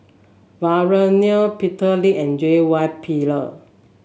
Vikram Nair Peter Lee and J Y Pillay